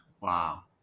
wow